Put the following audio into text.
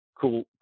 cool